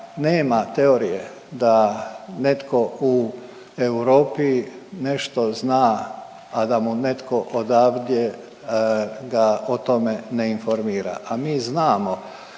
nema teorije da netko u Europi nešto zna, a da mu netko odavde ga o tome ne informira. A mi znamo